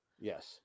Yes